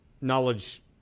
knowledge